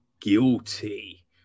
Guilty